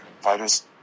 Fighters